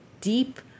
deep